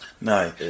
no